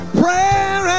prayer